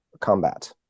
combat